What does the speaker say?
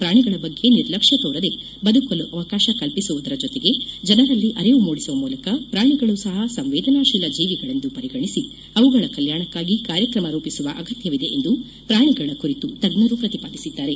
ಪ್ರಾಣಿಗಳ ಬಗ್ಗೆ ನಿರ್ಲಕ್ಷ ತೋರದೆ ಬದುಕಲು ಅವಕಾಶ ಕಲ್ಪಿಸುವದರ ಜೊತೆಗೆ ಜನರಲ್ಲಿ ಅರಿವು ಮೂಡಿಸುವ ಮೂಲಕ ಪ್ರಾಣಿಗಳೂ ಸಹ ಸಂವೇದನಾಶೀಲ ಜೀವಿಗಳೆಂದು ಪರಿಗಣಿಸಿ ಅವುಗಳ ಕಲ್ಯಾಣಕ್ಕಾಗಿ ಕಾರ್ಯಕ್ರಮ ರೂಪಿಸುವ ಅಗತ್ಯವಿದೆ ಎಂದು ಪ್ರಾಣಿಗಳ ಕುರಿತು ತಜ್ಞರು ಪ್ರತಿಪಾದಿಸಿದ್ದಾರೆ